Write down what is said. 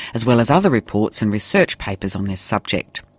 as well as other reports and research papers on this subject.